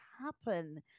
happen